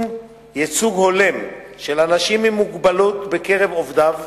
ייצוג הולם של אנשים עם מוגבלות בקרב עובדיו,